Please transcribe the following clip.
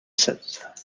said